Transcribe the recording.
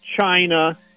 China